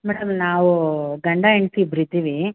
madam ನಾವೂ ಗಂಡ ಹೆಂಡ್ತಿ ಇಬ್ರು ಇದ್ದೀವಿ